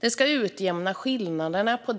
Den ska utjämna